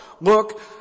Look